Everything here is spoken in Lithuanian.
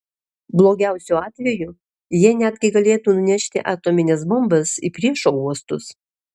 blogiausiu atveju jie netgi galėtų nunešti atomines bombas į priešo uostus